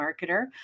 Marketer